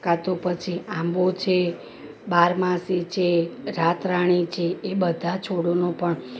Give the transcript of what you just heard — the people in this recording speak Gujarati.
કાં તો પછી આંબો છે બારમાસી છે રાતરાણી છે એ બધા છોડોનો પણ